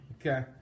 Okay